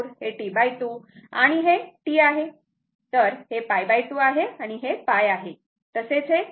तर हे π 2 आहे आणि हे π आहे